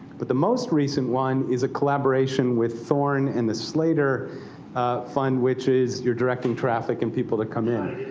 but the most recent one is a collaboration with thorne and the slater fund, which is you're directing traffic and people to come in.